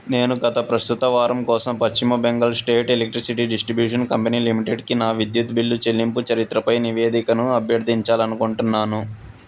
నేను గత ప్రస్తుత వారం కోసం పశ్చిమ Bengal state electricity distribution company లిమిటెడ్కి నా విద్యుత్ బిల్లు చెల్లింపు చరిత్రపై నివేదికను అభ్యర్థించాలి అనుకుంటున్నాను